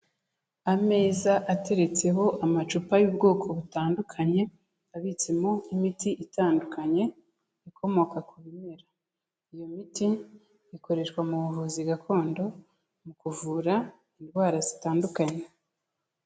Ameza ateretseho amacupa y'ubwoko butandukanye, abitsemo imiti itandukanye ikomoka ku bimera. Iyo miti ikoreshwa mu buvuzi gakondo, mu kuvura indwara zitandukanye.